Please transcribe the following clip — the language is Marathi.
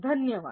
धन्यवाद